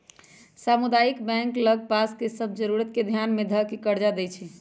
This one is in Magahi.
सामुदायिक बैंक लग पास के सभ जरूरत के ध्यान में ध कऽ कर्जा देएइ छइ